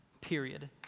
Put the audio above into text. period